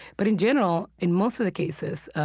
but in general, in most of the cases,